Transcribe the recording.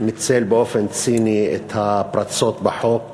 ניצל באופן ציני את הפרצות בחוק